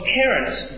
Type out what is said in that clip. parents